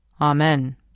Amen